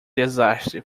desastre